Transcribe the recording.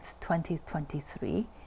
2023